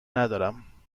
ندارم